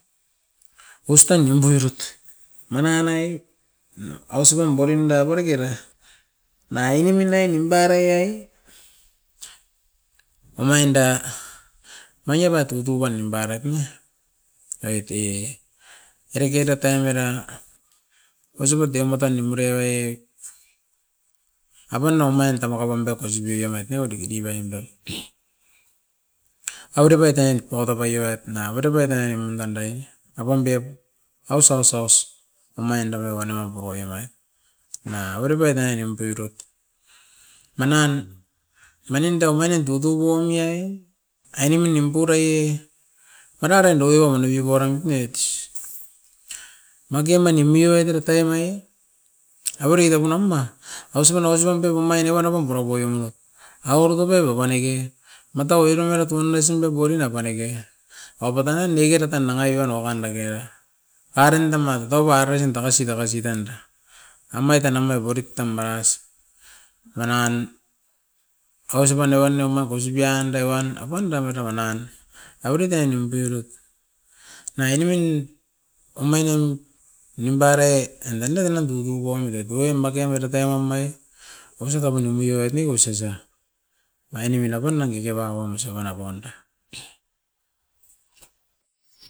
Ostan nimpuirut, mananaie ausi pam borinda bori kera na ainemin ainim paraiet omain da magea pan tutu ba rait ne oit e. Era kera taim era oisop op teo matan neu mureue pan omain tamaka pam be kosibeau omait ewa diki diveim dau. Avere pai tain paua tapai ibet na avere pai daiim dandai, apaun biop aus, aus, aus, omain dove uan nova poro evai, na avere pait tana nimparoit, manan, manindao, manin tutu buomeai ainemin nimpurai mararan doiro mani oiran ne. Magea mani meue tera taim aie avere dekunaima ausi pam ausi pam tego omain neko nauan pura poit nomi ne, awa koko pebo panike matau oiram era tua nam oisan te boirinda panike. Au patan nan neko ra tan nanga ipenou a pan deke arinda ma totou baresin tagasi, tagasi tanda. Amait e nanga borik tan maras ra nan ausipan noven no ma kosipian deovan apanda maraua nan, abiride niom beau rut, ne ainemin omainim nimparaie andan negana beau ru poamit et uruain make mara taim amai, oisop tapuniomuio oit ne osau osa, anemin apan danga keke paun siban apaun.